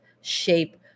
shape